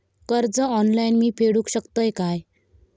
कर्ज ऑनलाइन मी फेडूक शकतय काय?